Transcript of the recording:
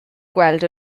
gweld